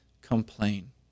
complain